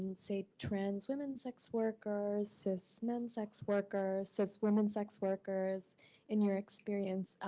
and say, trans women sex workers, cis men sex workers, cis women sex workers in your experience,